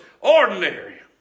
ordinary